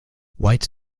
whites